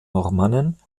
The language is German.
normannen